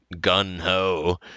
gun-ho